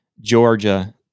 Georgia